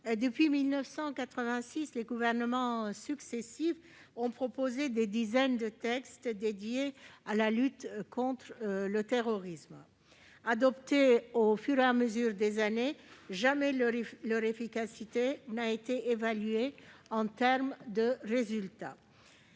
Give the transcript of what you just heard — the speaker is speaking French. Depuis 1986, les gouvernements successifs ont proposé des dizaines de textes dédiés à la lutte contre le terrorisme. Or jamais leur efficacité n'a été évaluée en termes de résultats.